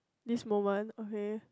this moment okay